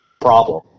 problem